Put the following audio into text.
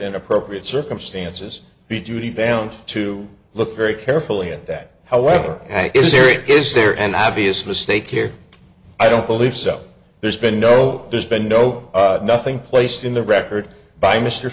in appropriate circumstances be duty bound to look very carefully at that however is there an obvious mistake here i don't believe so there's been no there's been no nothing placed in the record by mr